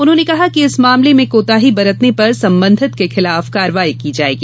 उन्होंने कहा कि इस मामले में कोताही बरतने पर संबंधित के खिलाफ कार्यवाही की जाएगी